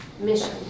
mission